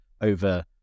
over